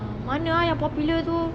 uh mana ah yang popular tu